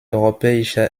europäische